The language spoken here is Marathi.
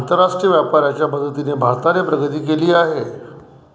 आंतरराष्ट्रीय व्यापाराच्या मदतीने भारताने प्रगती केली आहे